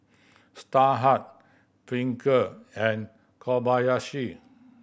Starhub Pringle and Kobayashi